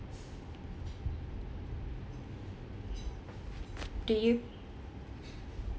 do you